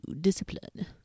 discipline